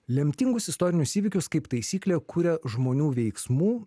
lemtingus istorinius įvykius kaip taisyklė kuria žmonių veiksmų